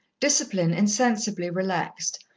discipline insensibly relaxed,